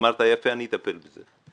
אמרת שתטפל בזה.